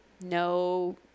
No